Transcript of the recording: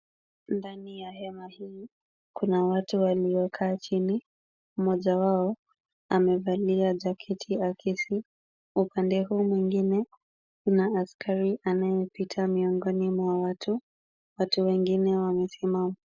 Ndani ya hema hili kuna watu waliokaa chini, mmoja wao amevalia jacketi akifu na upande huu mwingine kuna askari anayepita miongoni mwa watu, Watu wengine wamesimama